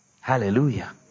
Hallelujah